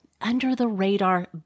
under-the-radar